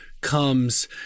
comes